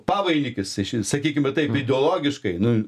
pavainikis iš sakykime taip ideologiškai nu